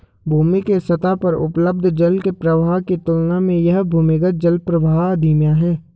भूमि के सतह पर उपलब्ध जल के प्रवाह की तुलना में यह भूमिगत जलप्रवाह धीमा है